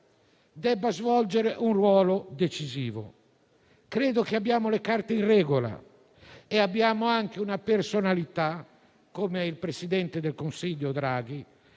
debba svolgere un ruolo decisivo. Credo che abbiamo le carte in regola e abbiamo anche una personalità, il presidente del Consiglio Draghi,